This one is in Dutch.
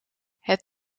het